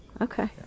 okay